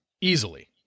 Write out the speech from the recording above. easily